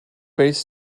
based